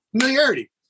Familiarity